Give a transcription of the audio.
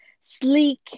sleek